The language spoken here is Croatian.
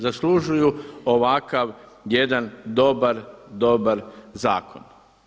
Zaslužuju ovakav jedan dobar, dobar zakon.